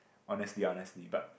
honestly honestly but